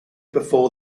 before